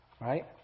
right